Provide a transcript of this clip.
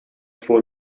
schon